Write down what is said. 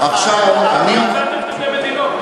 שתי מדינות.